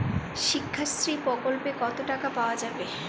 শিক্ষাশ্রী প্রকল্পে কতো টাকা পাওয়া যাবে?